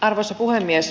arvoisa puhemies